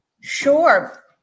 Sure